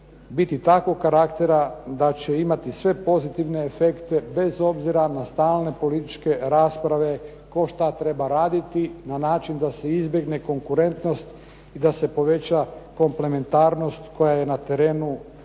biti takvog karaktera da će imati sve pozitivne efekte, bez obzira na stalne političke rasprave, tko šta treba raditi na način da se izbjegne konkurentnost i da se poveća komplementarnost koja je na terenu